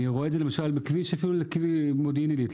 אני רואה את זה בכביש מודיעין עלית,